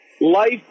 Life